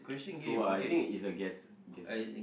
so I think it's a guess guess